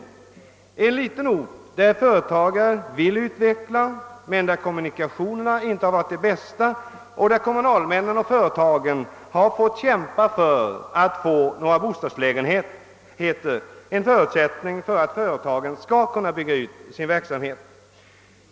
Det är en liten ort, där företagare vill utveckla sin rörelse men där kommunikationerna inte varit de bästa och där kommunalmännen och företagen fått kämpa för att få några bostadslägenheter — en förutsättning för att företagen skall kunna bygga ut sin verksamhet.